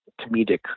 comedic